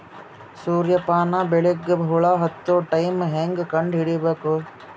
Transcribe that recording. ಸೂರ್ಯ ಪಾನ ಬೆಳಿಗ ಹುಳ ಹತ್ತೊ ಟೈಮ ಹೇಂಗ ಕಂಡ ಹಿಡಿಯಬೇಕು?